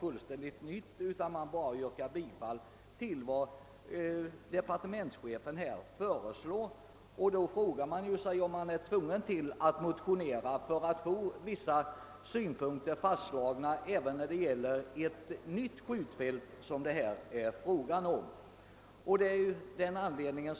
Utskottet yrkar bara bifall till departementschefens för slag. Man frågar sig om det skall vara nödvändigt att motionera för att få vissa synpunkter tillgodosedda även, såsom i detta fall, när det gäller anordnande av ett nytt skjutfält.